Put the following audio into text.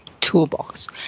toolbox